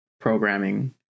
programming